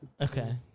Okay